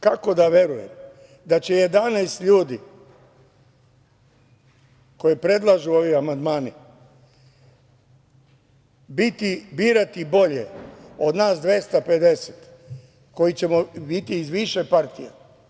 Kako da verujem da će 11 ljudi koji predlažu ovi amandmani birati bolje od nas 250 koji ćemo biti iz više partija?